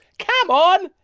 come on,